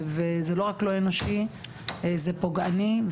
זה לא רק לא אנושי, זה פוגעני.